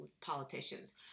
politicians